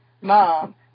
Mom